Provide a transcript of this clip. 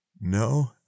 no